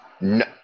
No